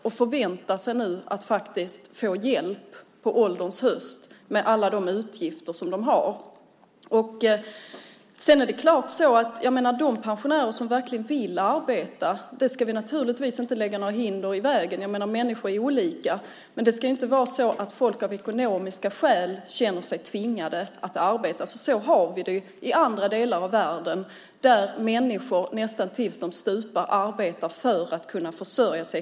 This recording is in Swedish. De förväntar sig nu att faktiskt få hjälp på ålderns höst med alla de utgifter som de har. De pensionärer som verkligen vill arbeta ska vi naturligtvis inte lägga några hinder i vägen för - människor är olika. Men det ska inte vara så att folk av ekonomiska skäl känner sig tvingade att arbeta. Så är det i andra delar av världen, där människor arbetar tills de nästan stupar för att kunna försörja sig.